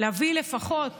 להביא לפחות